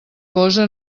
cosa